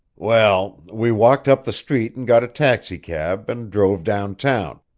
well, we walked up the street and got a taxicab and drove downtown,